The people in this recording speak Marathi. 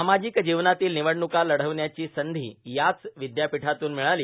सामाजिक जीवनातील निवडणुका लढण्याची संधी याचं विद्यापिठातून मिळाली